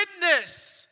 witness